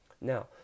Now